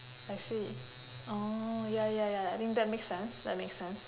I see orh ya ya ya I think that makes sense that makes sense